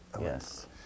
Yes